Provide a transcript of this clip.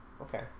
okay